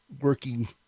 working